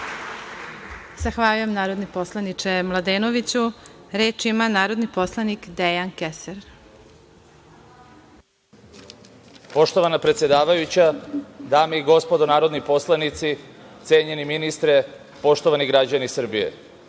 Zahvaljujem, narodni poslaniče Mladenoviću. Reč ima narodni poslanik Dejan Kesar. **Dejan Kesar** Poštovana predsedavajuća, dame i gospodo narodni poslanici, cenjeni ministre, poštovani građani Srbije,